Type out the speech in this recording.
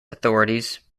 authorities